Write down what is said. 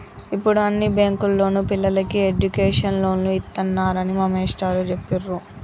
యిప్పుడు అన్ని బ్యేంకుల్లోనూ పిల్లలకి ఎడ్డుకేషన్ లోన్లు ఇత్తన్నారని మా మేష్టారు జెప్పిర్రు